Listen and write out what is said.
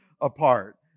apart